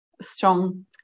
strong